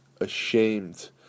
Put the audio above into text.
ashamed